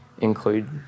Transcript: include